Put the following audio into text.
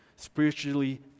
spiritually